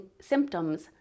symptoms